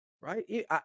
right